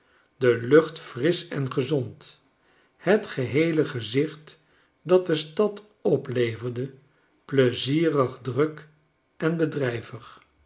de lucht frisch en gezond het geheele gezicht dat de stad opleverde pleizierig druk en bedrijvig